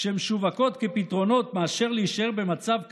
המשווקות כפתרונות, מאשר להישאר במצב קיים,